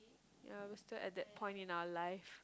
yea wasted at that point in our life